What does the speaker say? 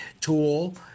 tool